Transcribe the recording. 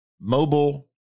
mobile